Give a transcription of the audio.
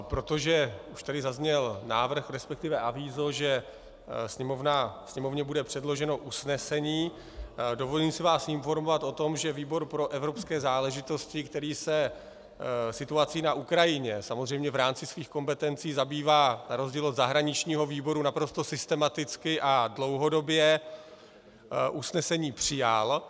Protože už tady zazněl návrh, respektive avízo, že Sněmovně bude předloženo usnesení, dovolím si vás informovat o tom, že výbor pro evropské záležitosti, který se situací na Ukrajině samozřejmě v rámci svých kompetencí zabývá na rozdíl od zahraničního výboru naprosto systematicky a dlouhodobě, usnesení přijal.